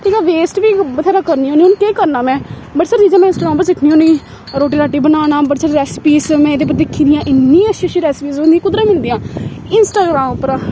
ठीक ऐ वेस्ट बी बत्थेरा करनी होन्नी हून केह् करना में बड़ी सारी चीजां में इंस्टाग्राम पर सिक्खनी होन्नी रोटी राटी बनाना बड़ी सारी रेसिपीस में एह्दे पर दिक्खी दियां इन्नी अच्छी अच्छी रैसिपीज होंदी कुद्धरै मिलदियां इंस्टाग्राम उप्परा